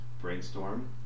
brainstorm